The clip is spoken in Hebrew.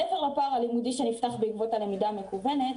מעבר לפער הלימודי שנפתח בעקבות הלמידה המקוונת,